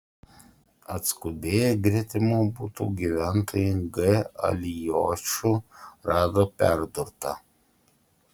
atskubėję gretimų butų gyventojai g alijošių rado perdurtą